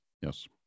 Yes